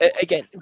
again